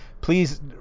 Please